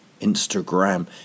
Instagram